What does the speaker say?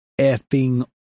effing